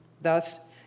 Thus